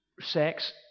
sex